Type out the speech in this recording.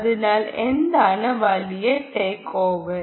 അതിനാൽ എന്താണ് വലിയ ടേക്ക്അവേ